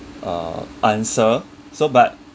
uh answer so but